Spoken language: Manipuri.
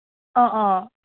ꯑꯥ ꯑꯥ